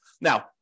Now